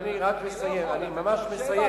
אני רק מסיים, אני ממש מסיים.